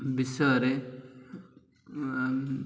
ବିଷୟରେ